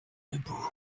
debout